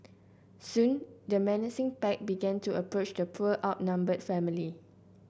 soon the menacing pack began to approach the poor outnumbered family